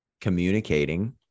communicating